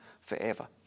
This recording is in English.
forever